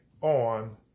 on